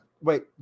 Wait